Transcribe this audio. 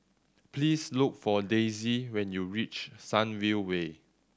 please look for Daisye when you reach Sunview Way